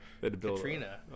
Katrina